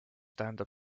tähendab